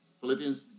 Philippians